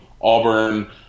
Auburn